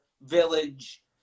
Village